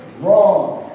wrong